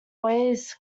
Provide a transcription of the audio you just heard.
always